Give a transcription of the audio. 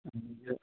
ꯑꯗꯒꯤ